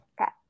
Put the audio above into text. Okay